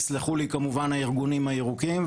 יסלחו לי כמובן הארגונים הירוקים,